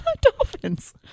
Dolphins